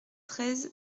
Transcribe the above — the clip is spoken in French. treize